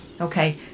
Okay